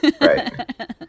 right